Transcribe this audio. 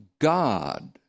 God